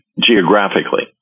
geographically